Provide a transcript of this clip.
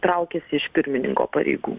traukiesi iš pirmininko pareigų